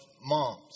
moms